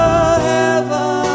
heaven